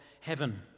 heaven